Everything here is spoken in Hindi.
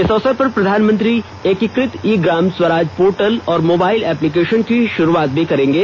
इस अवसर पर प्रधानमंत्री एकीकृत ई ग्राम स्वराज पोर्टल और मोबाइल एपलिकेशन की शुरूआत करेंगे